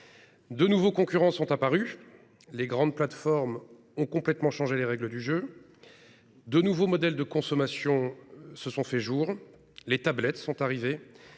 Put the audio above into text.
De nouveaux concurrents sont apparus : les grandes plateformes ont complètement changé les règles du jeu. De nouveaux modèles de consommation se sont développés ; les tablettes sont arrivées,